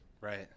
Right